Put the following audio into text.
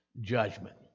judgment